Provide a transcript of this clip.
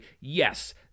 yes